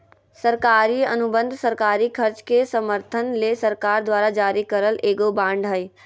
सरकारी अनुबंध सरकारी खर्च के समर्थन ले सरकार द्वारा जारी करल एगो बांड हय